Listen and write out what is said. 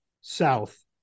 south